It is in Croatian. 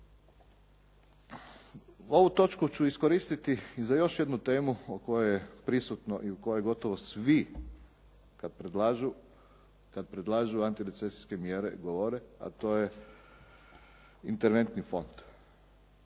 Ovu točku ću iskoristiti za još jednu temu o kojoj je prisutno i u kojoj gotovo svi kad predlažu antirecesijske mjere govore, a to je interventni fond.